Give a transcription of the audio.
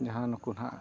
ᱡᱟᱦᱟᱸ ᱱᱩᱠᱩ ᱱᱟᱜ